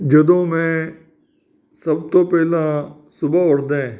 ਜਦੋਂ ਮੈਂ ਸਭ ਤੋਂ ਪਹਿਲਾਂ ਸੁਬਾਹ ਉੱਠਦਾ